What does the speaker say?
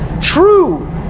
true